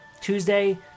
Tuesday